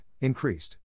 increased